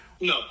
No